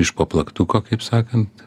iš po plaktuko kaip sakant